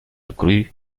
grue